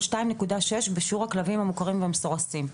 2.6 בשיעור הכלבים המעוקרים והמסורסים.